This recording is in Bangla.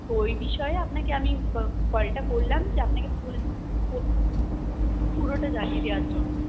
তো ওই বিষয়ে আপনাকে আমি কলটা করলাম যে আপনাকে ফুল পুরোটা জানিয়ে দেওয়ার জন্য